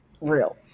real